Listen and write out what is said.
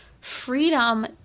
freedom